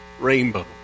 rainbow